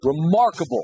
remarkable